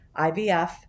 IVF